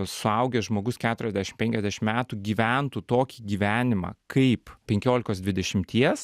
suaugęs žmogus keturiasdešim penkiasdešim metų gyventų tokį gyvenimą kaip penkiolikos dvidešimties